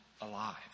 alive